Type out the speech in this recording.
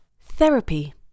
Therapy